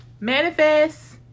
Manifest